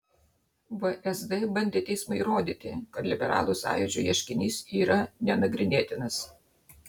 vsd bandė teismui įrodyti kad liberalų sąjūdžio ieškinys yra nenagrinėtinas